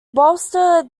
bolster